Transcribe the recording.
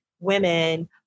women